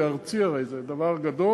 זה ארצי, הרי, זה דבר גדול.